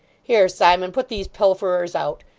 here, simon, put these pilferers out,